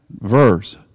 verse